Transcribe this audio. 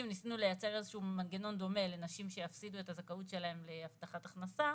ניסינו לייצר מנגנון דומה לנשים שיפסידו את הזכאות שלהם להבטחת הכנסה